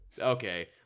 Okay